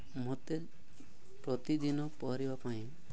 ମତେ ପ୍ରତିଦିନ ପହଁରିବା ପାଇଁ